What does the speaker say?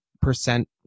percent